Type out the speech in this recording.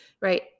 right